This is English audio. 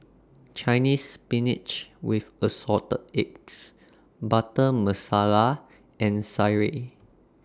Chinese Spinach with Assorted Eggs Butter Masala and Sireh